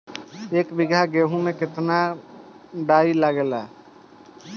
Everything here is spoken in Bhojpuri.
एक बीगहा गेहूं में केतना डाई लागेला?